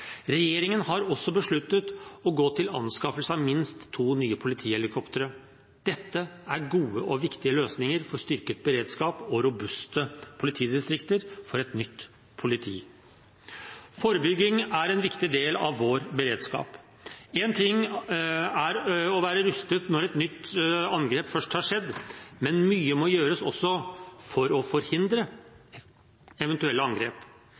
Regjeringen har også besluttet å gå til anskaffelse av minst to nye politihelikoptre. Dette er gode og viktige løsninger for styrket beredskap og robuste politidistrikter og for et nytt politi. Forebygging er en viktig del av vår beredskap. Én ting er å være rustet når et angrep først har skjedd, men mye må gjøres også for å forhindre eventuelle angrep.